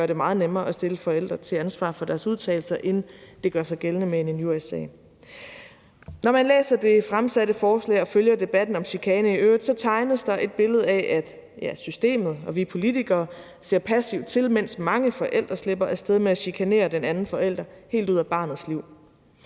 gøre det meget nemmere at stille forældre til ansvar for deres udtalelser, end det gør sig gældende med en injuriesag. Når man læser det fremsatte forslag og følger debatten om chikane i øvrigt, tegnes der et billede af, at systemet og vi politikere ser passivt til, mens mange forældre slipper af sted med at chikanere den anden forælder helt ud af barnets liv.